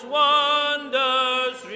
wonders